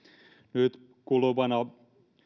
nyt kuluvana